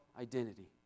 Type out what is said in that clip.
identity